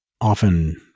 often